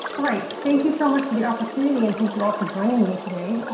all right, thank you so much for the opportunity. and thank you all for joining me today.